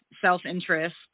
self-interest